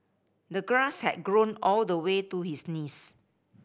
the grass had grown all the way to his knees